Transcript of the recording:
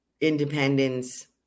independence